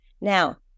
Now